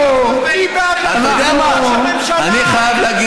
כי גם השריונים, עד לאן הם מגיעים?